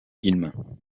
guillemin